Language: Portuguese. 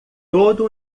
todo